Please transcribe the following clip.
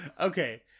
okay